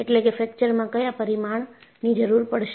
એટલે કે ફ્રેક્ચરમાં ક્યાં પરિમાણ ની જરૂર પડશે